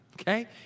okay